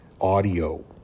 audio